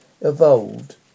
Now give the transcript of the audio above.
evolved